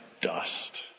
dust